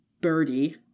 Birdie